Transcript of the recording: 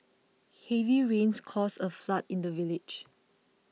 heavy rains caused a flood in the village